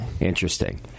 Interesting